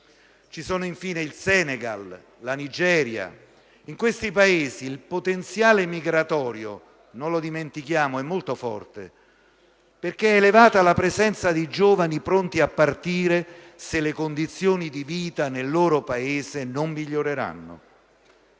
Ci sono infine il Senegal, la Nigeria. In questi Paesi, il potenziale migratorio - non lo dimentichiamo - è molto forte perché è elevata la presenza di giovani pronti a partire se le condizioni di vita nel loro Paese non miglioreranno.